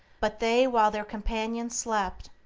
but they, while their companions slept,